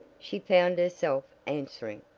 she found herself answering.